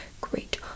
great